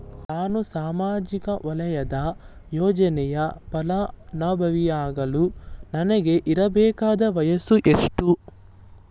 ನಾನು ಸಾಮಾಜಿಕ ವಲಯದ ಯೋಜನೆಯ ಫಲಾನುಭವಿಯಾಗಲು ನನಗೆ ಇರಬೇಕಾದ ವಯಸ್ಸುಎಷ್ಟು?